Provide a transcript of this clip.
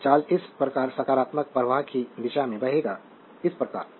तो चार्ज इस प्रकार सकारात्मक प्रवाह की दिशा में बहेगा इस प्रकार